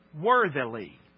worthily